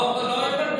לא הבנת.